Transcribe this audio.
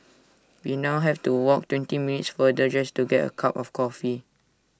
we now have to walk twenty minutes farther just to get A cup of coffee